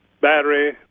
battery